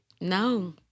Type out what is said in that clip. No